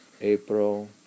April